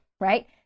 right